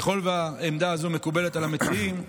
ככל שהעמדה הזאת מקובלת על המציעים,